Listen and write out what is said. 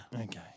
Okay